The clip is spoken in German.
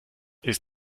ist